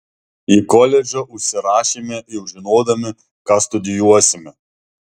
į koledžą užsirašėme jau žinodami ką studijuosime